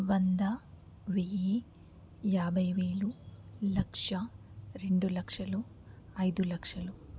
వంద వెయ్యి యాభై వేలు లక్ష రెండు లక్షలు ఐదు లక్షలు